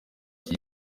iki